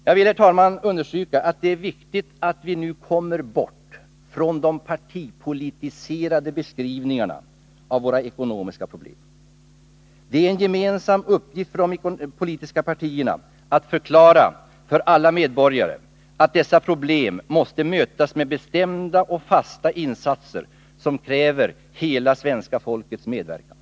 Jag vill, herr talman, understryka vikten av att vi nu kommer bort från de partipolitiserade beskrivningarna av våra ekonomiska problem. Det är en gemensam uppgift för de politiska partierna att förklara för alla medborgare att dessa ekonomiska problem måste mötas med bestämda och fasta insatser, som kräver hela vårt folks medverkan.